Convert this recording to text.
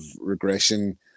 regression